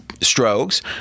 strokes